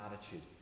attitude